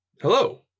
hello